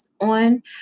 on